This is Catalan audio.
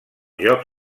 joc